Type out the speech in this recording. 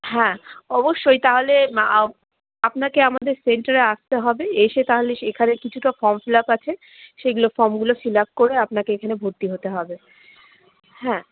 হ্যাঁ অবশ্যই তাহলে আপ আপনাকে আমাদের সেন্টারে আসতে হবে এসে তাহলে সেখানে কিছুটা ফর্ম ফিলাপ আছে সেগুলো ফমগুলো ফিলাপ করে আপনাকে এখানে ভর্তি হতে হবে হ্যাঁ